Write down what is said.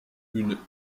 une